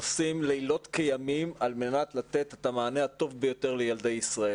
עושים לילות כימים על מנת לתת את המענה הטוב ביותר לילדי ישראל.